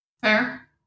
fair